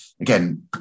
again